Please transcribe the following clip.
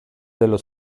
dello